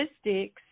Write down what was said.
statistics